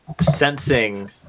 sensing